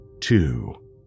two